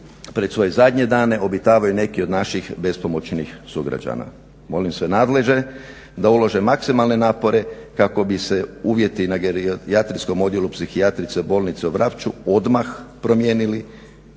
pred svoje zadnje dane obitavaju neki od naših određenih sugrađana. Molim svoj nadležaj da ulože maksimalne napore kako bi se uvjeti na gerijatrijskom odjelu Psihijatrijske bolnice u Vrapču odmah promijenili